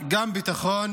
גם ביטחון